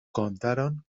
contaron